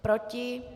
Proti?